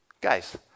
Guys